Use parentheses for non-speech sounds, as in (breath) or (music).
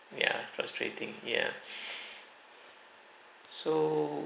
ya frustrating ya (breath) so